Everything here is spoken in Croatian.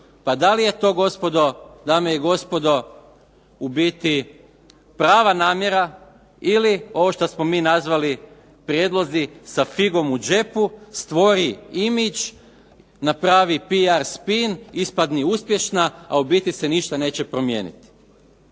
Pa da li je to dame i gospodo u biti prava namjera ili ovo što smo mi nazvali prijedlozi sa figom u džepu, stvori image, napravi PR spin, ispadni uspješna a u biti se ništa neće promijeniti.